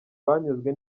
banyuzwe